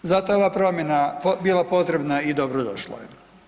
Zato je ova promjena bila i potrebna i dobrodošla je.